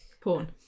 Porn